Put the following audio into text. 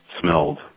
smelled